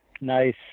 nice